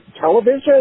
television